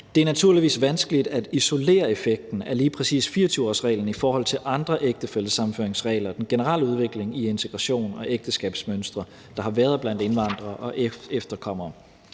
Det er naturligvis vanskeligt at isolere effekten af lige præcis 24-årsreglen i forhold til andre ægtefællesammenføringsregler og den generelle udvikling i integration og ægteskabsmønstre, der har været blandt indvandrere og efterkommere.